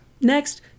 Next